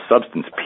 substance